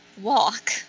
walk